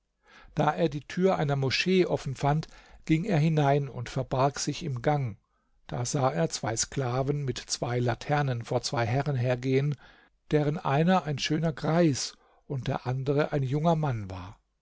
da er die tür einer moschee offenfand ging er hinein und verbarg sich im gang da sah er zwei sklaven mit zwei laternen vor zwei herren hergehen deren einer ein schöner greis und der andere ein junger mann war